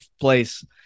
place